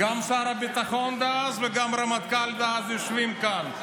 גם שר הביטחון דאז וגם הרמטכ"ל דאז יושבים כאן.